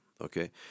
Okay